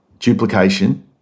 duplication